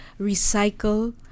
recycle